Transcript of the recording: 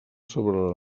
sobre